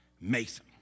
Mason